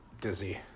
dizzy